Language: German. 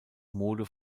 mode